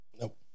Nope